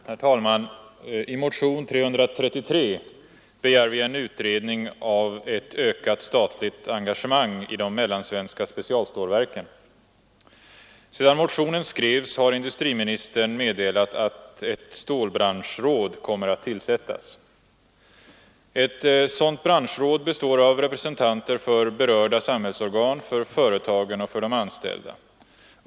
Herr talman! I motionen 333 begär vi en utredning av ett ökat statligt engagemang i de mellansvenska specialstålverken. Sedan motionen skrevs har industriministern meddelat att ett stålbranschråd kommer att tillsättas. Ett sådant branschråd består av representanter för berörda samhällsorgan, för företagen och för de anställda.